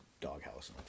doghouse